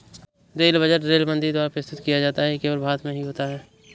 rail budget rail मंत्री द्वारा प्रस्तुत किया जाता है ये केवल भारत में ही होता है